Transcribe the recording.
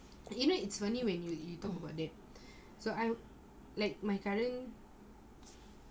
you know it's funny when you you talk about that so like my current